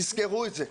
תזכרו את זה.